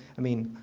i mean,